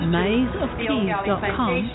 mazeofkeys.com